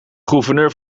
gouverneur